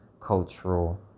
cultural